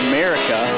America